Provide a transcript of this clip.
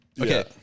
Okay